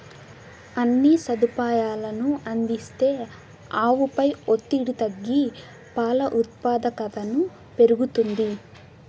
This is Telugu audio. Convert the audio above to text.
అన్ని సదుపాయాలనూ అందిస్తే ఆవుపై ఒత్తిడి తగ్గి పాల ఉత్పాదకతను పెరుగుతుంది